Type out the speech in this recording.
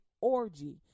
orgy